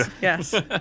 yes